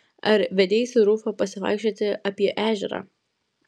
ar vedeisi rufą pasivaikščioti apie ežerą